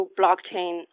blockchain